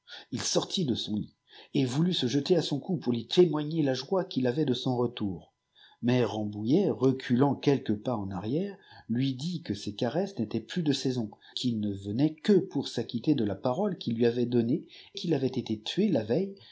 il sortit de son lit et voulut se jeter à son cou pour lui témoigner la joie qu'il avait de son retour mak rambouillet reculant quelques pas en arrière lui dit que ses caresses n'étaient plus de saison qu'il ne venait que pour s'acquitter de la parole qu'il lui avait donnée qu'il avait été tué la veille